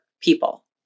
people